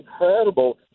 incredible